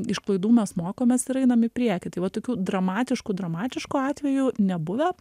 iš klaidų mes mokomės ir einam į priekį tai va tokių dramatiškų dramatiškų atvejų nebuvę